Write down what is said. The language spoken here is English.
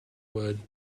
wood